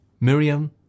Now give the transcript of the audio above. Miriam